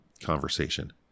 conversation